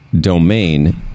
domain